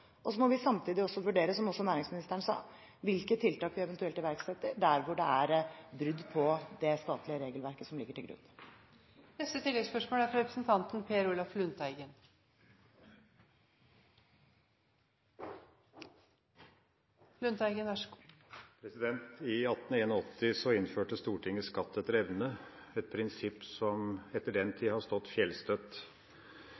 Så må vi samtidig også vurdere, som også næringsministeren sa, hvilke tiltak vi eventuelt iverksetter der hvor det er brudd på det statlige regelverket som ligger til grunn. Per Olaf Lundteigen – til oppfølgingsspørsmål. I 1881 innførte Stortinget skatt etter evne, et prinsipp som etter den